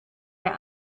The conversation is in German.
der